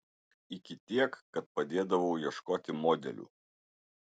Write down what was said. iki tiek kad padėdavau ieškoti modelių